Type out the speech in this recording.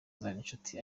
zigirinshuti